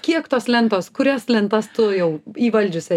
kiek tos lentos kurias lentas tu jau įvaldžiusi